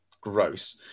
gross